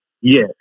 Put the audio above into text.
Yes